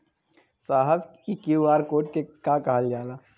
साहब इ QR code के के कहल जाला?